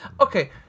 Okay